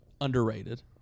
Underrated